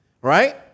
right